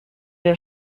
der